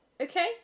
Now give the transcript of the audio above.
okay